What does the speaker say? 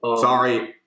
Sorry